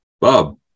Bob